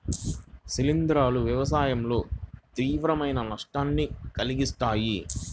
శిలీంధ్రాలు వ్యవసాయంలో తీవ్రమైన నష్టాన్ని కలిగిస్తాయి